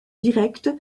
direct